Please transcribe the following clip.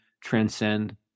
transcend